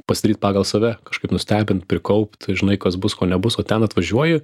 pastatyti pagal save kažkaip nustebinti prikaupti žinai kas bus ko nebus o ten atvažiuoji